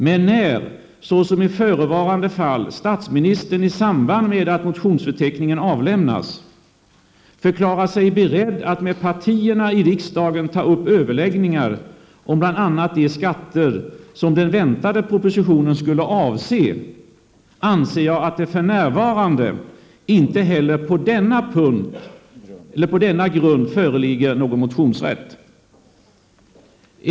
Men när, såsom i förevarande fall, statsministern i samband med att propositionsförteckningen avlämnas förklarar sig beredd att med partierna i riksdagen ta upp överläggning om bl.a. de skatter som den väntade propositionen skulle avse, anser jag att det för närvarande inte heller föreligger någon motionsrätt på denna grund.